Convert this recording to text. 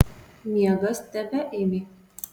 miegas tebeėmė